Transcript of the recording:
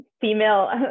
female